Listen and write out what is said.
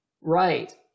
Right